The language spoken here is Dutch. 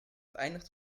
eindigt